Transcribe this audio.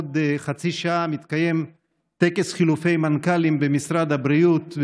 עוד חצי שעה יתקיים טקס חילופי מנכ"לים במשרד הבריאות,